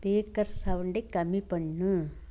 speaker சவுண்டை கம்மி பண்ணு